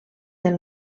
del